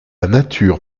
nature